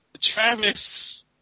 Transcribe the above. Travis